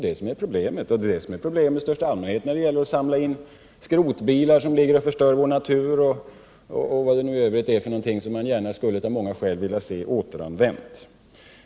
Det är det stora problemet, och det är samma problem också när det gäller att samla in saker i största allmänhet, såsom skrotbilar som ligger och förstör vår natur och övrigt material som man gärna skulle vilja se återanvänt.